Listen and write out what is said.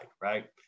right